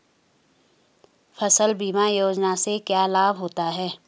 फसल बीमा योजना से क्या लाभ होता है?